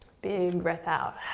big breath out.